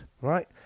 right